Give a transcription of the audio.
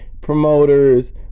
promoters